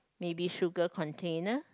maybe sugar container